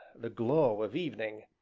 the glow of evening,